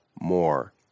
more